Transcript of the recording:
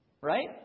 Right